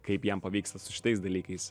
kaip jam pavyksta su šitais dalykais